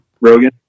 Rogan